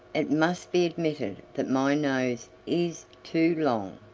it must be admitted that my nose is too long!